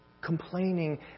complaining